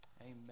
Amen